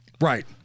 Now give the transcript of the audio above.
Right